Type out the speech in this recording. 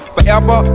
Forever